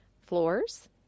floors